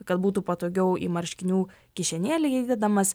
kad būtų patogiau į marškinių kišenėlę įdedamas